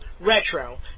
Retro